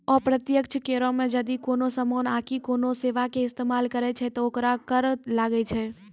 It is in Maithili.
अप्रत्यक्ष करो मे जदि कोनो समानो आकि कोनो सेबा के इस्तेमाल करै छै त ओकरो कर लागै छै